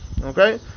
Okay